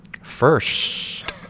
First